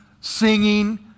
singing